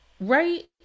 right